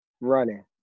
Running